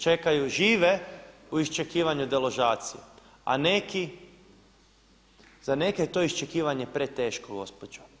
Čekaju, žive u iščekivanju deložacije a neki, za neke je to iščekivanje preteško gospođo.